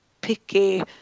picky